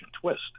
twist